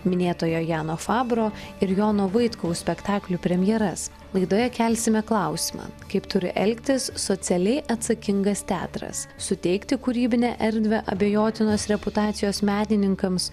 minėtojo jano fabro ir jono vaitkaus spektaklių premjeras laidoje kelsime klausimą kaip turi elgtis socialiai atsakingas teatras suteikti kūrybinę erdvę abejotinos reputacijos menininkams